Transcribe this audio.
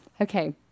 okay